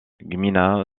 gmina